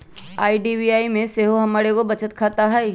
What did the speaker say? IDBI में सेहो हमर एगो बचत खता हइ